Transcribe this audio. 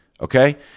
Okay